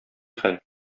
хәл